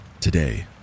today